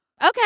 Okay